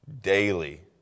daily